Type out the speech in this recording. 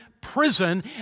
Prison